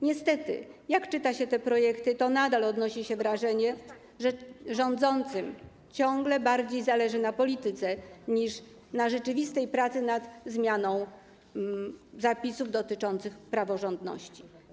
Niestety, gdy czyta się te projekty, to nadal odnosi się wrażenie, że rządzącym ciągle bardziej zależy na polityce niż na rzeczywistej pracy nad zmianą zapisów dotyczących praworządności.